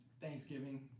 Thanksgiving